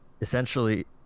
Essentially